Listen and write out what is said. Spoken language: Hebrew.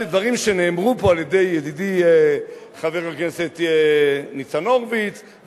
הדברים שנאמרו פה על-ידי ידידי חבר הכנסת ניצן הורוביץ,